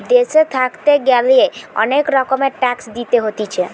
দেশে থাকতে গ্যালে অনেক রকমের ট্যাক্স দিতে হতিছে